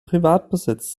privatbesitz